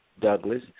Douglas